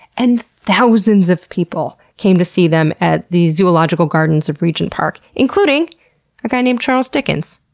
and thousands of people came to see them at the zoological gardens of regent park, including a guy named charles dickens.